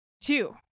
two